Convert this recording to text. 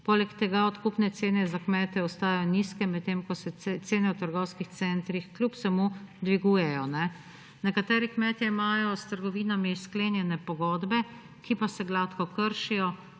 poleg tega odkupne cene za kmete ostajajo nizke, medtem ko se cene v trgovskih centrih kljub vsemu dvigujejo. Nekateri kmetje imajo s trgovinami sklenjene pogodbe, ki pa se gladko kršijo,